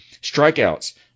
Strikeouts